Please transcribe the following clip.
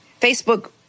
Facebook